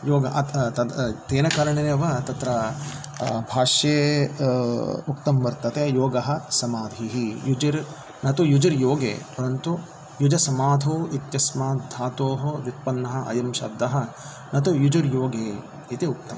योगः अत् तद् तेन कारणेनैव तत्र भाष्ये उक्तं वर्तते योगः समाधिः युजिर् न तु युजिर्योगे परन्तु युज् समाधौ इत्यस्मात् धातोः व्युत्पन्नः अयं शब्दः न तु युजिर्योगे इति उक्तं